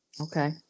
Okay